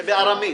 זה בארמית,